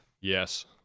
Yes